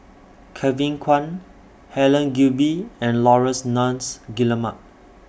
Kevin Kwan Helen Gilbey and Laurence Nunns Guillemard